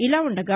ఇలా ఉండగా